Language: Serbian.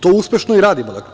To uspešno i radimo.